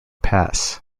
pass